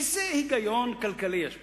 איזה היגיון כלכלי יש פה?